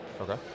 Okay